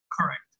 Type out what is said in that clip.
correct